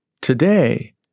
today